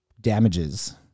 damages